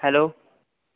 hello